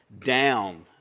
down